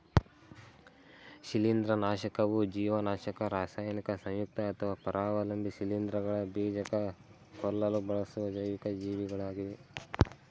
ಶಿಲೀಂಧ್ರನಾಶಕವು ಜೀವನಾಶಕ ರಾಸಾಯನಿಕ ಸಂಯುಕ್ತ ಅಥವಾ ಪರಾವಲಂಬಿ ಶಿಲೀಂಧ್ರಗಳ ಬೀಜಕ ಕೊಲ್ಲಲು ಬಳಸುವ ಜೈವಿಕ ಜೀವಿಗಳಾಗಿವೆ